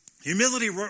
Humility